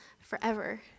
forever